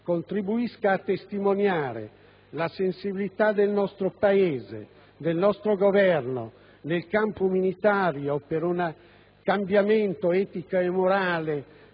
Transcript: contribuisca a testimoniare la sensibilità del nostro Paese e del nostro Governo, nel campo militare, per un cambiamento etico e morale